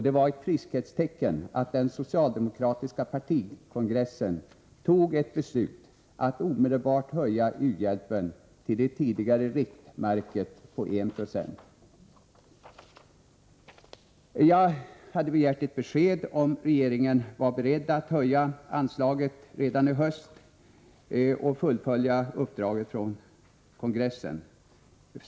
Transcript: Det var ett friskhetstecken att den socialdemokratiska partikongressen fattade ett beslut om att omedelbart höja u-hjälpen till det tidigare riktmärket på 1 26. Jag hade begärt ett besked om huruvida regeringen var beredd att höja anslaget redan i höst och fullfölja uppdraget från kongressen.